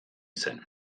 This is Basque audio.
zen